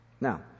Now